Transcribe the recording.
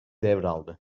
devraldı